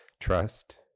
trust